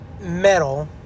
metal